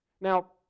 Now